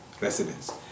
residents